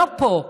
לא פה,